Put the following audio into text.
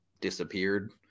disappeared